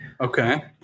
Okay